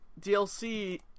DLC